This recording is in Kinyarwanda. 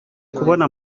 kubona